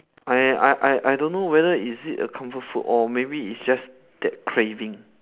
I I I I don't know whether is it a comfort food or maybe it's just that craving